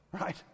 right